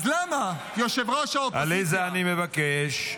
עליזה, אני מבקש.